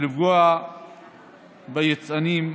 ולפגוע ביצרנים.